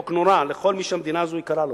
חוק נורא לכל מי שהמדינה הזו יקרה לו.